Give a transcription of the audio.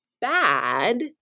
bad